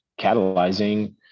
catalyzing